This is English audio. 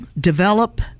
develop